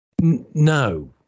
No